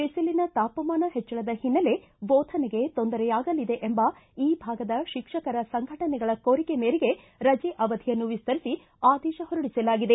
ಬಿಸಿಲಿನ ತಾಪಮಾನ ಹೆಚ್ಗಳ ಹಿನ್ನೆಲೆ ಬೋಧನೆಗೆ ತೊಂದರೆಯಾಗಲಿದೆ ಎಂಬ ಈ ಭಾಗದ ಶಿಕ್ಷಕರ ಸಂಘಟನೆಗಳ ಕೋರಿಕೆ ಮೇರೆಗೆ ರಜೆ ಅವಧಿಯನ್ನು ವಿಸ್ತರಿಸಿ ಆದೇಶ ಹೊರಡಿಸಲಾಗಿದೆ